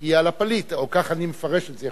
היא על הפליט, או כך אני מפרש את זה.